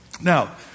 Now